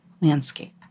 landscape